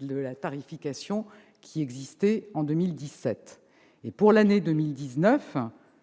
de la tarification qui existait en 2017. Pour 2019,